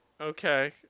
Okay